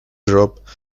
drop